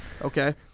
okay